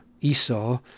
Esau